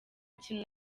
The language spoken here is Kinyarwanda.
kintu